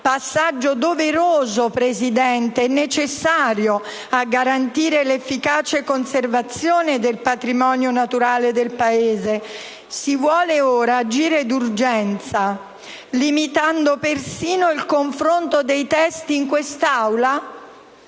passaggio doveroso e necessario a garantire l'efficace conservazione del patrimonio naturale del Paese, si vuole ora agire d'urgenza, limitando persino il confronto dei testi in quest'Aula.